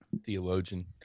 theologian